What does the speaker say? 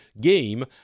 game